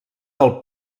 del